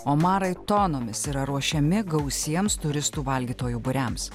omarai tonomis yra ruošiami gausiems turistų valgytojų būriams